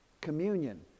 communion